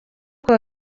kuwa